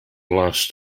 last